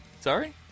Sorry